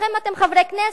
לכן אתם חברי כנסת,